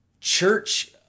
church